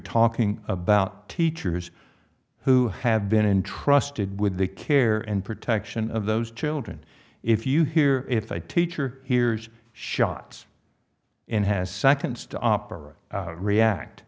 talking about teachers who have been entrusted with the care and protection of those children if you hear if i teach or hears shots and has seconds to opera react